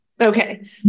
Okay